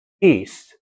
east